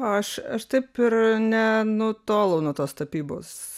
aš aš taip ir nenutolau nuo tos tapybos